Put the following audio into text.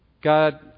God